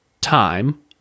time